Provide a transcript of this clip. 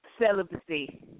celibacy